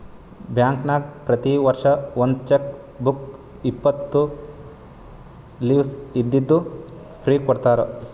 ಬ್ಯಾಂಕ್ನಾಗ್ ಪ್ರತಿ ವರ್ಷ ಒಂದ್ ಚೆಕ್ ಬುಕ್ ಇಪ್ಪತ್ತು ಲೀವ್ಸ್ ಇದ್ದಿದ್ದು ಫ್ರೀ ಕೊಡ್ತಾರ